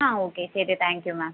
ആ ഓക്കെ ശരി thank you ma'am